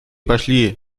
пошли